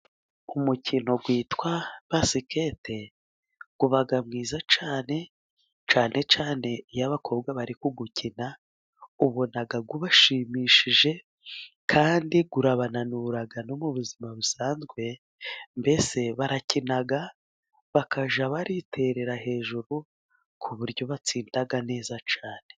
Umukino witwa basikete uba mwiza cyane, cyane cyane iyo abakobwa bari kuwukina ubona ubashimishije kandi urabanura no mu buzima busanzwe. Mbese barakina bakajya bariterera hejuru ku buryo batsinda neza cyane.